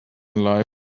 life